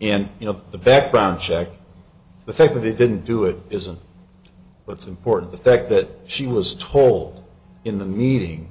in you know the background check the fact that they didn't do it isn't what's important the fact that she was toll in the meeting